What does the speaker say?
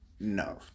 no